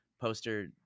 poster